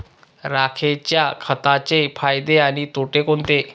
राखेच्या खताचे फायदे आणि तोटे कोणते?